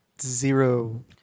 Zero